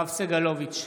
יואב סגלוביץ'